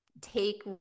take